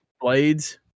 blades